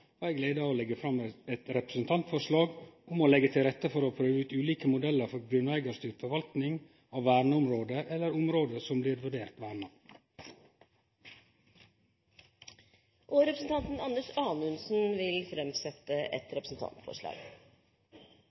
eg gleda av å leggje fram eit representantforslag om å leggje til rette for å prøve ulike modellar for grunneigarstyrt forvalting av verneområde eller område som blir vurderte verna. Representanten Anders Anundsen vil framsette et representantforslag.